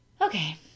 okay